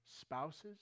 spouses